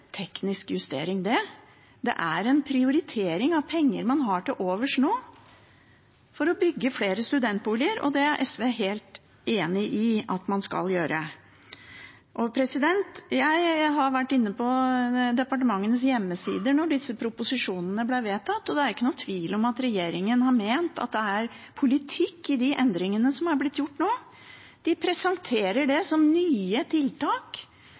teknisk justering. Det er en prioritering av penger man har til overs nå, for å bygge flere studentboliger, og det er SV helt enig i at man skal gjøre. Jeg var inne på departementenes hjemmesider da disse proposisjonene ble vedtatt, og det er ikke noen tvil om at regjeringen har ment at det er politikk i de endringene som er blitt gjort nå. De presenterer det som nye tiltak